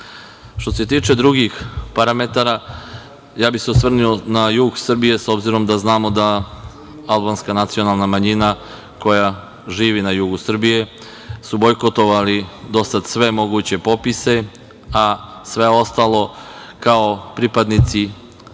se tiče drugih parametara, ja bih se osvrnuo na jug Srbije, s obzirom da znamo da albanska nacionalna manjina, koja živi na jugu Srbije, su bojkotovali do sad sve moguće popise, a sve ostalo, kao pripadnici